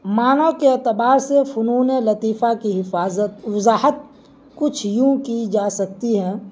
معنیٰ کے اعتبار سے فنون لطیفہ کی حفاظت وضاحت کچھ یوں کی جا سکتی ہے